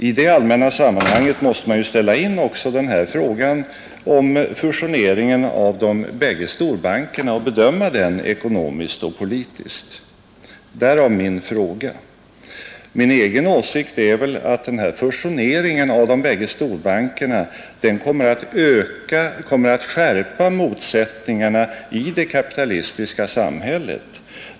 I det allmänna sammanhanget måste man ju ställa in också den här frågan om fusioneringen av de bägge storbankerna och bedöma den ekonomiskt och politiskt. Därav min fråga. Min egen åsikt är att fusioneringen av de bägge storbankerna kommer att skärpa motsättningarna i det kapitalistiska samhället.